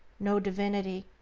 no divinity?